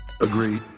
Agreed